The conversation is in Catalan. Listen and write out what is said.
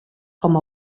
com